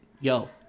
yo